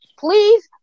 Please